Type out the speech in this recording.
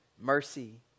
mercy